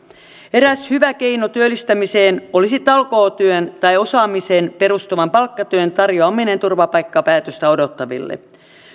eräs hyvä keino työllistämiseen olisi talkootyön tai osaamiseen perustuvan palkkatyön tarjoaminen turvapaikkapäätöstä odottaville